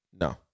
No